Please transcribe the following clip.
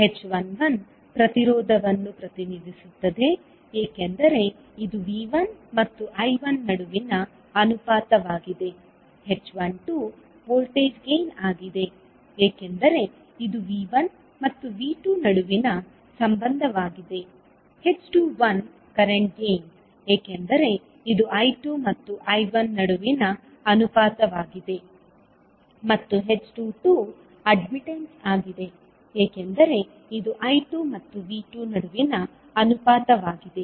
h11 ಪ್ರತಿರೋಧವನ್ನು ಪ್ರತಿನಿಧಿಸುತ್ತದೆ ಏಕೆಂದರೆ ಇದು V1 ಮತ್ತು I1 ನಡುವಿನ ಅನುಪಾತವಾಗಿದೆ h12 ವೋಲ್ಟೇಜ್ ಗೈನ್ ಆಗಿದೆ ಏಕೆಂದರೆ ಇದು V1 ಮತ್ತು V2ನಡುವಿನ ಸಂಬಂಧವಾಗಿದೆ h21 ಕರೆಂಟ್ ಗೈನ್ ಏಕೆಂದರೆ ಇದು I2 ಮತ್ತು I1ನಡುವಿನ ಅನುಪಾತವಾಗಿದೆ ಮತ್ತು h22 ಅಡ್ಮಿಟ್ಟನ್ಸ್ ಆಗಿದೆ ಏಕೆಂದರೆ ಇದು I2 ಮತ್ತು V2 ನಡುವಿನ ಅನುಪಾತವಾಗಿದೆ